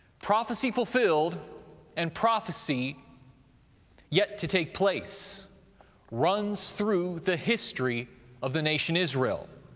prophecy fulfilled and prophecy yet to take place runs through the history of the nation israel.